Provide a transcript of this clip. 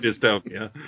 dystopia